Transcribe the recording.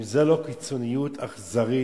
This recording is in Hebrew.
אם זו לא קיצוניות אכזרית